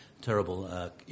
terrible